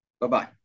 Bye-bye